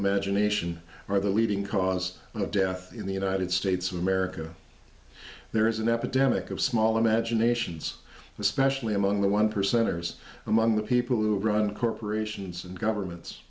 imagination are the leading cause of death in the united states of america there is an epidemic of small imaginations especially among the one percenters among the people who run corporations and governments